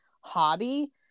hobby